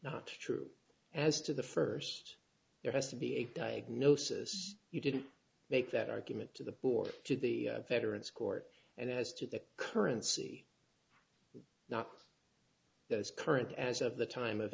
not true as to the first there has to be a diagnosis you didn't make that argument to the poor to the veterans court and as to the currency not those current as of the time of